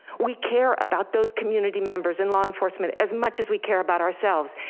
we care about those community members in law enforcement, as much as we care about ourselves.